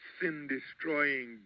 sin-destroying